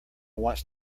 wants